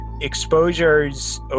exposures